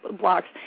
blocks